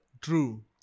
True